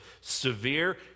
severe